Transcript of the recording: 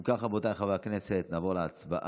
אם כך, רבותיי חברי הכנסת, נעבור להצבעה.